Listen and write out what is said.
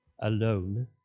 alone